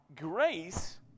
grace